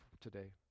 today